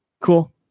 Cool